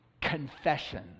Confession